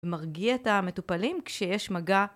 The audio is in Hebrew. מרגיע את המטופלים כשיש מגע.